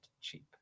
cheap